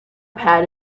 pad